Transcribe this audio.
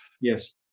yes